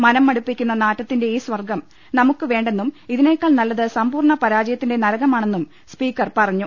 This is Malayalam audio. മനംമടുപ്പിക്കുന്ന നാറ്റത്തിന്റെ ഈ സ്വർഗ്ഗം നമുക്ക് വേണ്ടെന്നും ഇതിനേ ക്കാൾ നല്ലത് സമ്പൂർണ്ണ പരാജയത്തിന്റെ നരകമാണെന്നും സ്പീക്കർ പറ ഞ്ഞു